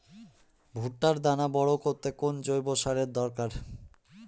ভুট্টার দানা বড় করতে কোন জৈব সারের দরকার?